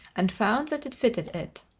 and found that it fitted it.